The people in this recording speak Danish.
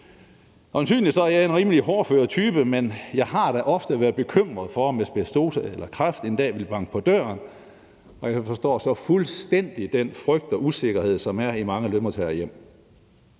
Øjensynlig er jeg en rimelig hårdfør type, men jeg har da ofte været bekymret for, om asbestose eller kræft en dag ville banke på døren, og jeg forstår så fuldstændig den frygt og usikkerhed, som er i mange lønmodtagerhjem.